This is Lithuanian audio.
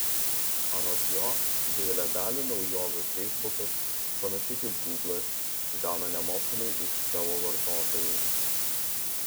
anot jo didelę dalį naujovių feisbukas panašiai kaip gūglas gauna nemokamai iš savo vartotojų